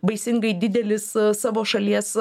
baisingai didelis savo šalies